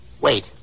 Wait